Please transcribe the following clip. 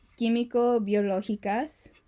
Químico-Biológicas